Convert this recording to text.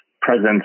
presence